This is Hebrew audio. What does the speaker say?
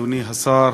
אדוני השר,